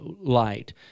light